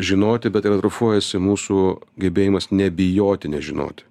žinoti bet ir atrofuojasi mūsų gebėjimas nebijoti nežinoti